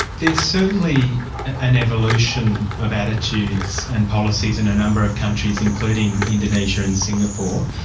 there's certainly an evolution of attitudes and policies in a number of countries, including indonesia and singapore.